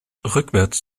rückwärts